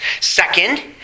Second